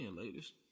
ladies